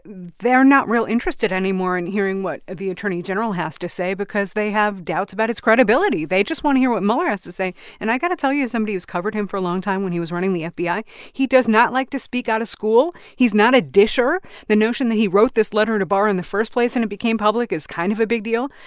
they're not real interested anymore in hearing what the attorney general has to say because they have doubts about his credibility. they just want to hear what mueller has to say and i got to tell you, as somebody who's covered him for a long time when he was running the fbi, he does not like to speak out of school. he's not a disher. the notion that he wrote this letter to barr in the first place and it became public is kind of a big deal.